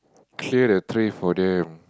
clear the tray for them